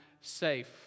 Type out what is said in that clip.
safe